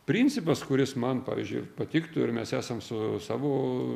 principas kuris man pavyzdžiui patiktų ir mes esam su savo